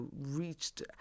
reached